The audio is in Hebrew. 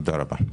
תודה רבה.